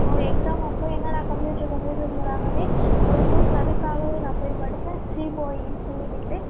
அவ எக்ஸாம் அப்போது என்னடா கம்ப்யூட்டரு கம்ப்யூட்ருங்களாங்களே ஒரு கோர்ஸ் அதுக்காகவே நான் போய் படித்தேன் சி ஓ இன்னு சொல்லிக்கிட்டு